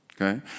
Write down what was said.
okay